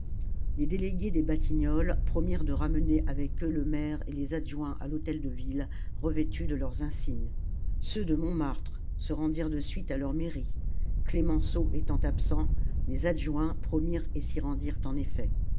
les délégués des batignolles promirent de ramener avec eux le maire et les adjoints à l'hôtel-de-ville revêtus de leurs insignes ceux de montmartre se rendirent de suite à leur mairie clemenceau étant absent les adjoints promirent et s'y rendirent en effet